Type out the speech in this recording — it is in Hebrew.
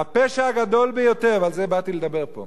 והפשע הגדול ביותר, ועל זה באתי לדבר פה,